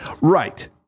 Right